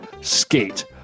Skate